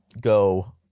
go